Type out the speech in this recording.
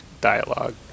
dialogue